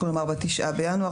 ב-9 בינואר 2022,